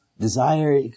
Desire